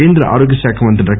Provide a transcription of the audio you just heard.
కేంద్ర ఆరోగ్య శాఖ మంత్రి డా